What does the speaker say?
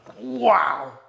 Wow